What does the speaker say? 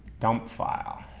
dumped file?